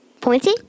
Pointy